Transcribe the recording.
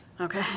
Okay